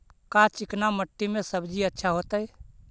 का चिकना मट्टी में सब्जी अच्छा होतै?